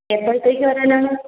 എപ്പോഴത്തേക്ക് വരാനാണ്